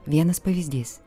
vienas pavyzdys